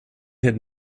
had